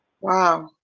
Wow